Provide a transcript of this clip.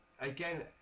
again